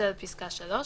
פסקה (3).